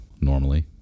normally